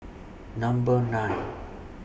Number nine